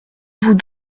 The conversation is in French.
vous